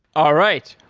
all right.